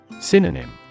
Synonym